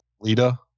Lita